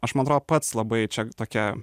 aš man atrodo pats labai čia tokia